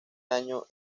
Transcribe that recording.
año